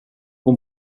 hon